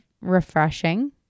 refreshing